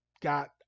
got